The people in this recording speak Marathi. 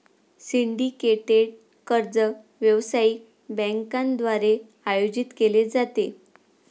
सिंडिकेटेड कर्ज व्यावसायिक बँकांद्वारे आयोजित केले जाते